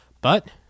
But